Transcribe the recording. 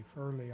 early